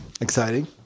exciting